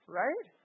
right